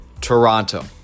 Toronto